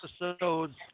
episodes